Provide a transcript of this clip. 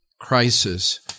crisis—